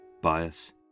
bias